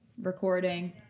recording